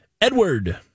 Edward